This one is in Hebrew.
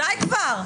די כבר.